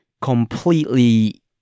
completely